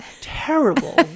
terrible